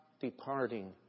departing